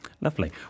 Lovely